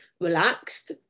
relaxed